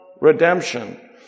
redemption